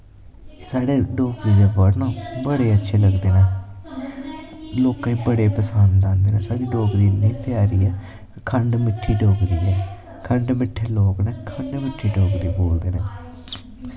साढ़े डोगरें दे बर्ड़ बड़े अच्छे लगदे न लोकें गी बड़े पसंद आंदे न साढ़ी डोगरी इन्नी प्यारी ऐ खंड मिट्ठे डोगरे नै खंड मिट्ठे लोग नै खंड मिट्टी डोगरी बोलदे नै